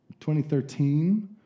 2013